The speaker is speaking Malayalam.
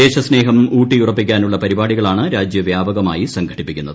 ദേശസ്നേഹം ഊട്ടിയുറപ്പിക്കാനുള്ള പരിപാടികളാണ് രാജ്യവ്യാപകമായി സംഘടിപ്പിക്കുന്നത്